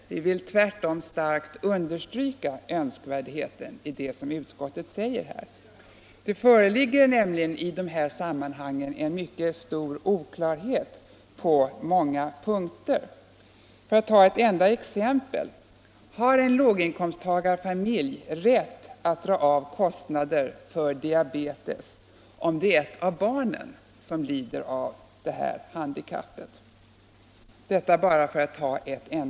Vi vill tvärtom understryka önskvärdheten i det som utskottet här säger. Det föreligger nämligen i dessa sammanhang en mycket stor oklarhet på många punkter. För att ta ett exempel: Har en låginkomsttagarfamilj rätt att dra av kostnader för diabetes om det är ett av barnen som lider av detta handikapp?